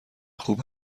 خوب